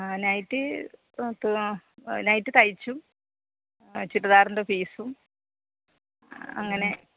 ആ നൈറ്റി അത് ആ നൈറ്റി തയ്ച്ചും ചുരിദാറിന്റെ പീസും അങ്ങനെ